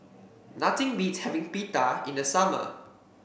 nothing beats having Pita in the summer